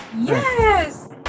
Yes